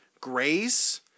Grace